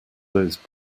those